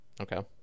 okay